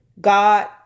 God